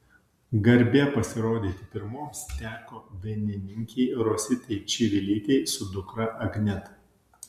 garbė pasirodyti pirmoms teko dainininkei rositai čivilytei su dukra agneta